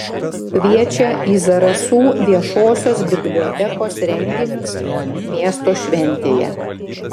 kviečia į zarasų viešosios bibliotekos renginius miesto šventėje